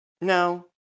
No